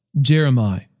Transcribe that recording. Jeremiah